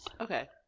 Okay